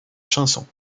chansons